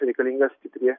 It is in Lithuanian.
reikalinga stipri